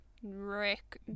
Rick